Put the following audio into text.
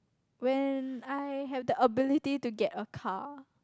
when I have the ability to get a car